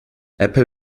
apple